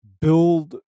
build